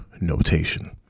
notation